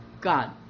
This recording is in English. God